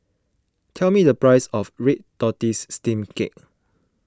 tell me the price of Red Tortoise Steamed Cake